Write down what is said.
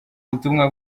butumwa